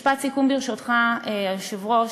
משפט סיכום, ברשותך, היושב-ראש.